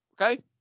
okay